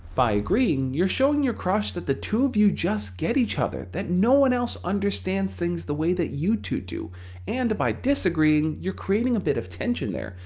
by agreeing, you're showing your crush that the two of you just get each other. that no one else understands things the way that you two do and by disagreeing, you're creating a bit of tension there.